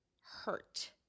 hurt